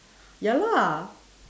ya lah